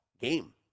game